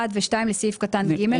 (1) ו-(2) לסעיף קטן (ג).